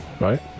right